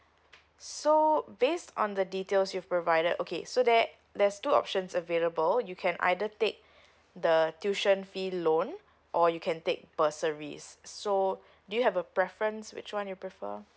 so based on the details you provided okay so that there's two options available you can either take the tuition fee loan or you can take bursaries so do you have a preference which one you prefer